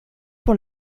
pour